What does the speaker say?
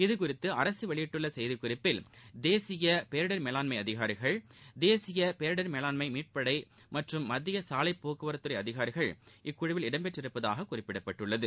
இதுகுறித்து அரசு வெளியிட்டுள்ள செய்திக்குறிப்பில் தேசிய பேரிடர் மேலாண்மை அதிகாரிகள் தேசிய பேரிடர் மேலாண்மை மீட்புப்படை மற்றும் மத்திய சாலை போக்குவரத்து துறை அதிகாரிகள் இக்குழுவில் இடம்பெற்றுள்ளதாக குறிப்பிடப்பட்டுள்ளது